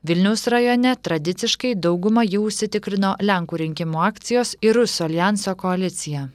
vilniaus rajone tradiciškai daugumą jau užsitikrino lenkų rinkimų akcijos ir rusų aljanso koalicija